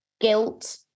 guilt